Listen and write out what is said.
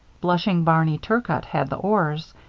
blushing barney turcott had the oars.